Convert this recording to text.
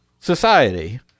society